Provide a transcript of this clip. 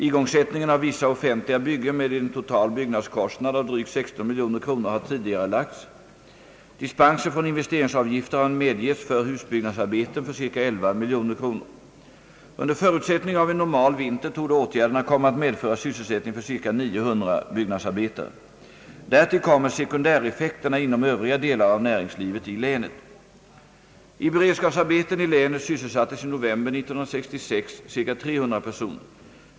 Igångsättningen av vissa offentliga byggen med en total byggnadskostnad av drygt 16 miljoner kronor har tidigarelagts. Dispenser från investeringsavgifter har medgetts för husbyggnadsarbeten för ca 11 miljoner kronor. Under förutsättning av en normal vinter torde åtgärderna komma att medföra sysselsättning för ca 900 byggnadsarbetare. Därtill kommer sekundäreffekterna inom Övriga delar av näringslivet i länet. I beredskapsarbeten i länet sysselsattes i november 1966 ca 300 personer.